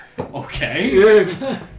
Okay